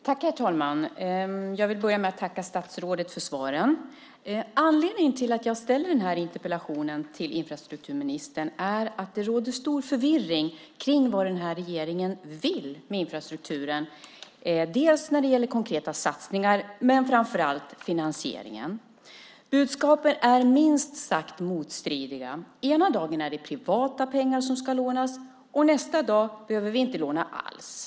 Herr talman! Jag vill börja med att tacka statsrådet för svaren. Anledningen till att jag ställer den här interpellationen till infrastrukturministern är att det råder stor förvirring kring vad den här regeringen vill med infrastrukturen dels när det gäller konkreta satsningar, dels finansieringen. Budskapen är minst sagt motstridiga. Ena dagen är det privata pengar som ska lånas, nästa dag behöver vi inte låna alls.